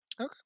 Okay